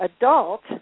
adult